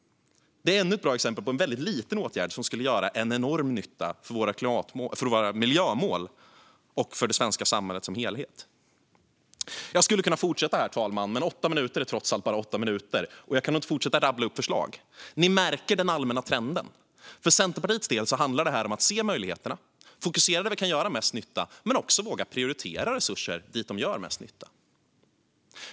Det är ännu ett bra exempel på en väldigt liten åtgärd som skulle göra en enorm nytta för våra miljömål och för det svenska samhället som helhet. Fru talman! Jag skulle kunna fortsätta rabbla upp förslag, men åtta minuter är trots allt bara åtta minuter. Ni märker den allmänna trenden. För Centerpartiets del handlar det här om att se möjligheterna, fokusera på det där vi kan göra mest nytta men också våga prioritera resurser dit där de gör mest nytta.